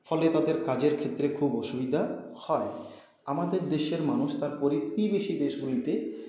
ফলে তাদের কাজের ক্ষেত্রে খুব অসুবিধা হয় আমাদের দেশের মানুষ তার প্রতিবেশী দেশগুলিতে